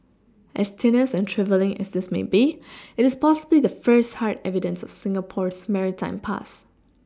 as tenuous and trifling as this may be it is possibly the first hard evidence of Singapore's maritime past